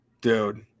Dude